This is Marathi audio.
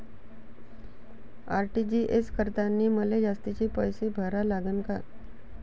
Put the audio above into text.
आर.टी.जी.एस करतांनी मले जास्तीचे पैसे भरा लागन का?